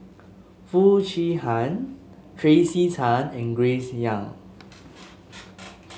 Foo Chee Han Tracey Tan and Grace Young